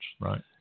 Right